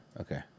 Okay